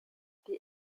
die